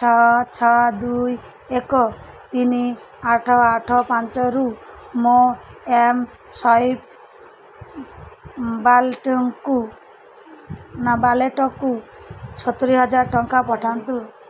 ଛଅ ଛଅ ଦୁଇ ଏକ ତିନି ଆଠ ଆଠ ପାଞ୍ଚରୁ ମୋ ଏମ୍ସ୍ୱାଇପ୍ ବାଲ୍ଟେଙ୍କୁ ନାବାଲେଟକୁ ସତୁରି ହଜାର ଟଙ୍କା ପଠାନ୍ତୁ